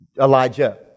Elijah